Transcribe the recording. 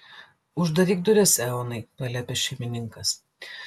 uždaryk duris eonai paliepė šeimininkas